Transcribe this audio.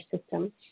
system